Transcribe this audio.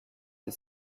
des